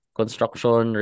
construction